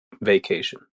vacation